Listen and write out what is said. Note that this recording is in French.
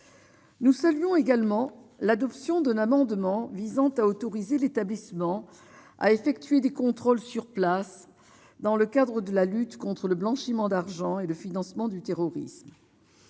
Nous saluons également l'adoption d'un amendement visant à autoriser l'établissement à effectuer des contrôles sur place, dans le cadre de la lutte contre le blanchiment d'argent et le financement du terrorisme,